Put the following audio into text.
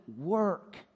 work